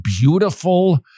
beautiful